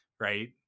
right